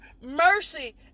mercy